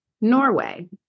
norway